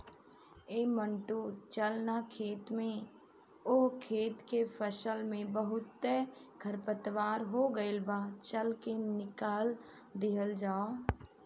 ऐ मंटू चल ना खेत में ओह खेत के फसल में बहुते खरपतवार हो गइल बा, चल के निकल दिहल जाव